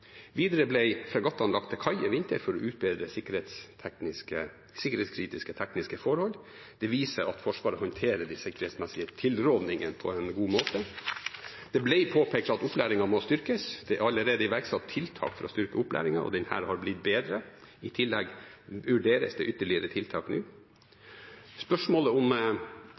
Videre ble fregattene lagt til kai i vinter for å utbedre sikkerhetskritiske tekniske forhold. Det viser at Forsvaret håndterer de sikkerhetsmessige tilrådingene på en god måte. Det ble påpekt at opplæringen må styrkes. Det er allerede iverksatt tiltak for å styrke opplæringen, og den har blitt bedre. I tillegg vurderes det ytterligere tiltak nå. Spørsmålet om